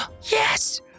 Yes